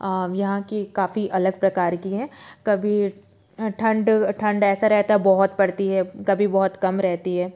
यहाँ की काफ़ी अलग प्रकार की हैं कभी ठंड ठंड ऐसा रहता है बहुत बहुत पड़ती है कभी बहुत कम रहती है